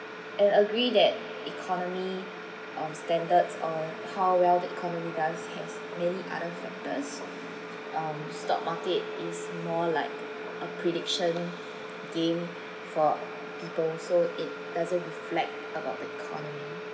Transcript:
and agree that economy um standard or how well the economy does has many other factors um stock market is more like a prediction game for people so it doesn't reflect about the economy